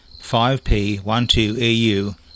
5P12EU